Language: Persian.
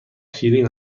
شیرین